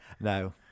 No